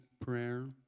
prayer